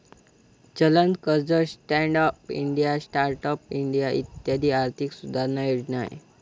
चलन कर्ज, stand up India, start up India इत्यादी आर्थिक सुधारणा योजना आहे